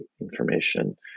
information